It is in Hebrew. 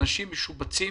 אנשים משובצים